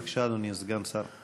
בבקשה, אדוני סגן השר.